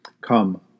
Come